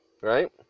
right